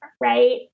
Right